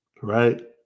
right